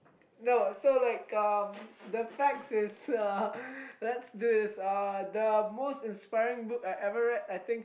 no so like um the facts is uh let's do this uh the most inspiring book I ever read I think